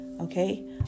okay